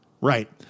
Right